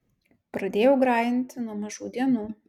pradėjau grajinti nuo mažų dienų